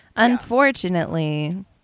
Unfortunately